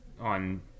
on